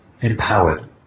empowered